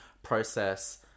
process